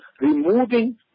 removing